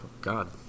God